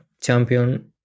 champion